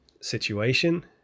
situation